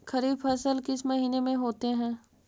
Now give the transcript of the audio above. खरिफ फसल किस महीने में होते हैं?